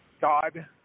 God